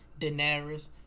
Daenerys